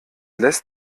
lässt